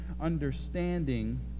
understanding